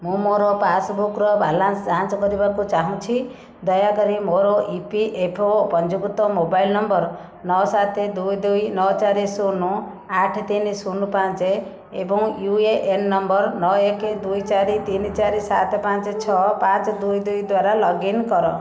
ମୁଁ ମୋର ପାସ୍ବୁକ୍ର ବାଲାନ୍ସ ଯାଞ୍ଚ କରିବାକୁ ଚାହୁଁଛି ଦୟାକରି ମୋର ଇ ପି ଏଫ୍ ଓ ପଞ୍ଜୀକୃତ ମୋବାଇଲ୍ ନମ୍ବର ନଅ ସାତେ ଦୁଇ ଦୁଇ ନଅ ଚାରି ଶୂନ ଆଠେ ତିନି ଶୂନ ପାଞ୍ଚେ ଏବଂ ୟୁ ଏ ଏନ୍ ନମ୍ବର ନଅ ଏକେ ଦୁଇ ଚାରି ତିନି ଚାରି ସାତେ ପାଞ୍ଚେ ଛଅ ପାଞ୍ଚେ ଦୁଇ ଦୁଇ ଦ୍ଵାରା ଲଗ୍ଇନ୍ କର